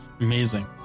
Amazing